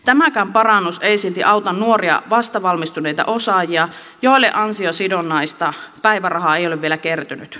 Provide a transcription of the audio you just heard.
tämäkään parannus ei silti auta nuoria vastavalmistuneita osaajia joille ansiosidonnaista päivärahaa ei ole vielä kertynyt